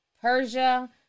Persia